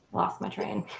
lost my train?